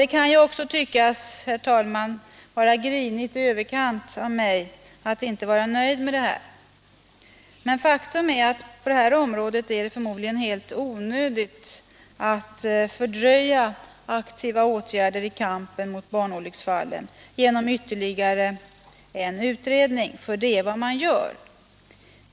Det kan också tyckas vara grinigt i överkant av mig att inte nöja mig med detta. Faktum är emellertid att det förmodligen är helt onödigt att fördröja aktiva åtgärder i kampen mot barnolycksfallen genom ytterligare en utredning. För det är vad man gör.